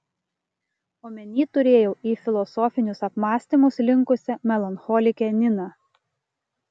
omeny turėjau į filosofinius apmąstymus linkusią melancholikę niną